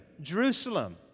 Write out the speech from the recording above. Jerusalem